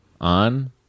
On